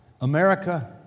America